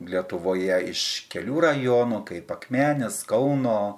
lietuvoje iš kelių rajonų kaip akmenės kauno